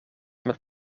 met